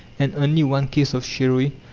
and only one case of sherry,